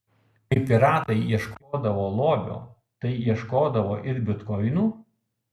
kai piratai ieškodavo lobio tai ieškodavo ir bitkoinų